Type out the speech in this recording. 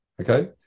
Okay